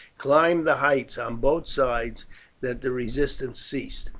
climbed the heights on both sides that the resistance ceased.